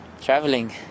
traveling